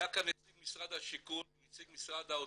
היה כאן נציג משרד השיכון ונציג משרד האוצר,